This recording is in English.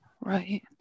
Right